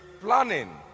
planning